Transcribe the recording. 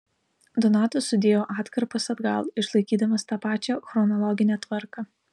donatas sudėjo atkarpas atgal išlaikydamas tą pačią chronologinę tvarką